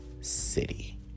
city